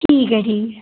ठीक ऐ ठीक ऐ